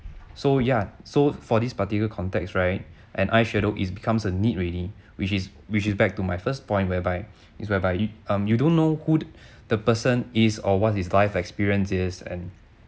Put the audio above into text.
so ya so for this particular context right an eye shadow is becomes a need already which is which is back to my first point whereby it's whereby um you don't know who the person is or what his life experience is and